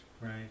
right